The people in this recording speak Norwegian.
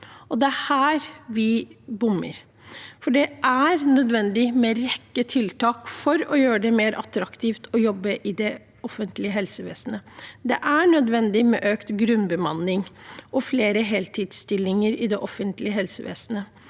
Det er her vi bommer, for det er nødvendig med en rekke tiltak for å gjøre det mer attraktivt å jobbe i det offentlige helsevesenet. Det er nødvendig med økt grunnbemanning og flere heltidsstillinger i det offentlige helsevesenet.